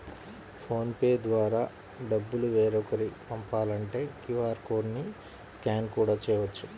phone pay ద్వారా డబ్బులు వేరొకరికి పంపాలంటే క్యూ.ఆర్ కోడ్ ని స్కాన్ కూడా చేయవచ్చు